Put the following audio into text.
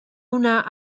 una